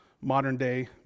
modern-day